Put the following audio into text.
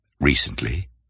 Recently